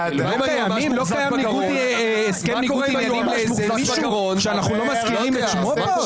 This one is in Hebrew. לא קיים הסכם ניגוד עניינים לאיזה מישהו שאנחנו לא מזכירים את שמו פה?